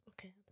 Okay